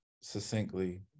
succinctly